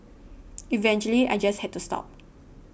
eventually I just had to stop